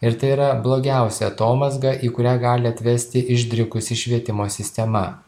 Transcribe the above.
ir tai yra blogiausia atomazga į kurią gali atvesti išdrikusi švietimo sistema